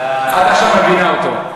את עכשיו מלבינה אותו,